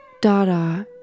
Dada